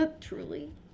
Truly